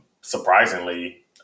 surprisingly